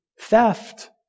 theft